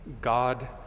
God